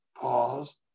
Pause